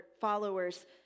followers